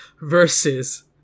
versus